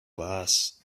was